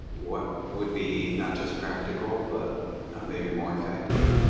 what would be not just practical but maybe more effective?